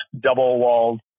double-walled